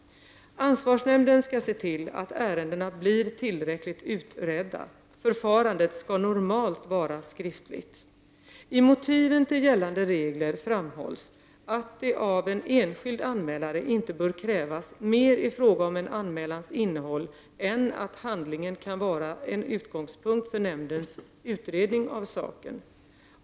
Ansvarsnämnden skall se till att ärendena blir tillräckligt utredda. Förfarandet skall normalt vara skriftligt. I motiven till gällande regler framhålls att det av en enskild anmälare inte bör krävas mer i fråga om en anmälans innehåll än att handlingen kan vara en utgångspunkt för nämndens utredning av saken.